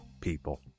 people